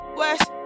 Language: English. west